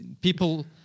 people